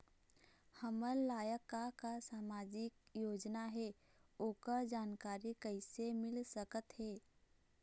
हमर लायक का का सामाजिक योजना हे, ओकर जानकारी कइसे मील सकत हे?